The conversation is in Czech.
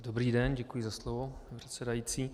Dobrý den, děkuji za slovo, pane předsedající.